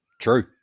True